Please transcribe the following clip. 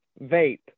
vape